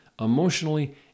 emotionally